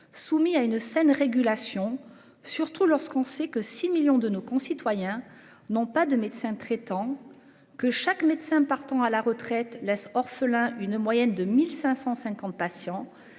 soumis à une scène régulation surtout lorsqu'on sait que 6 millions de nos concitoyens n'ont pas de médecin traitant. Que chaque médecin partant à la retraite laisse orphelin une moyenne de 1550 patients